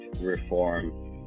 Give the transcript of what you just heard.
Reform